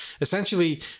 Essentially